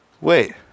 Wait